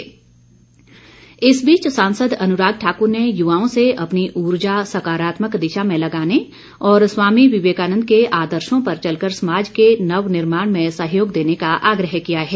अनुराग इस बीच सांसद अनुराग ठाक्र ने युवाओं से अपनी ऊर्जा सकारात्मक दिशा में लगाने और स्वामी विवेकानन्द के आदर्शो पर चलकर समाज के नवनिर्माण में सहयोग देने का आग्रह किया है